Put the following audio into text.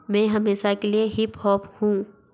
मैं हमेशा के लिए हिप हॉप हूँ